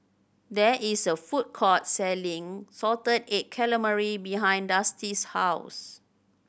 there is a food court selling salted egg calamari behind Dusty's house